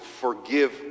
forgive